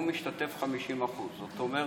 הוא משתתף 50%. זאת אומרת,